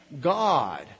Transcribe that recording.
God